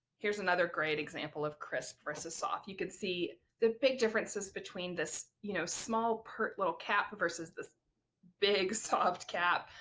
here's another great example of crisp versus soft. you can see the big differences between this, you know, small pert little cap versus this big soft cap.